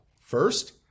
First